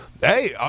Hey